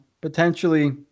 potentially –